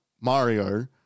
Mario